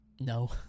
No